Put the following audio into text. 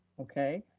okay.